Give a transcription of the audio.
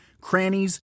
crannies